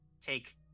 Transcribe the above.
take